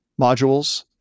modules